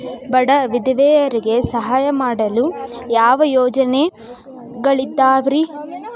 ಬಡ ವಿಧವೆಯರಿಗೆ ಸಹಾಯ ಮಾಡಲು ಯಾವ ಯೋಜನೆಗಳಿದಾವ್ರಿ?